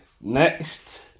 Next